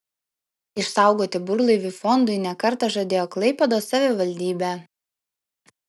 išsaugoti burlaivį fondui ne kartą žadėjo klaipėdos savivaldybė